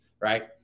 Right